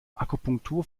akupunktur